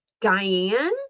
Diane